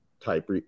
type